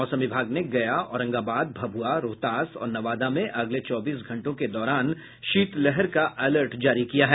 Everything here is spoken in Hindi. मौसम विभाग ने गया औरंगाबाद भभुआ रोहतास और नवादा में अगले चौबीस घंटों के दौरान शीतलहर का अलर्ट जारी किया है